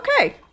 okay